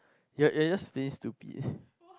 you're you're just being stupid